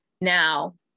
Now